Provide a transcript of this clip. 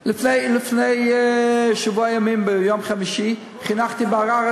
לפני שבוע ימים, ביום חמישי, חנכתי בערערה